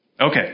Okay